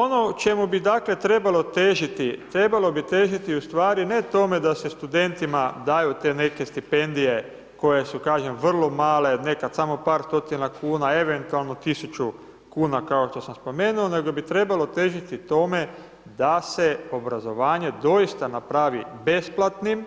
Ono o čemu bi dakle trebalo težiti, trebalo bi težiti ustvari ne tome da se studentima daju te neke stipendije koje su kažem vrlo male, nekad samo par stotina kuna, eventualno 1000 kuna kao što sam spomenuo, nego bi trebalo težiti tome da se obrazovanje doista napravi besplatnim